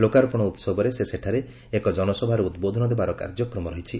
ଲୋକାର୍ପଣ ଉହବରେ ସେ ସେଠାରେ ଏକ ଜନସଭାରେ ଉଦ୍ବୋଧନ ଦେବାର କାର୍ଯ୍ୟକ୍ରମ ରହିଛି